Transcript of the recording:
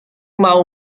mau